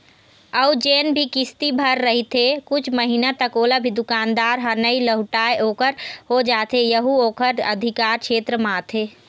अउ जेन भी किस्ती भर रहिथे कुछ महिना तक ओला भी दुकानदार ह नइ लहुटाय ओखर हो जाथे यहू ओखर अधिकार छेत्र म आथे